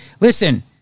listen